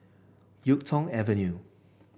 YuK Tong Avenue